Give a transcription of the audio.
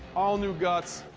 all new guts,